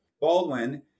Baldwin